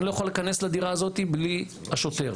אני לא יכול להיכנס לדירה הזאת בלי השוטר.